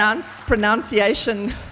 pronunciation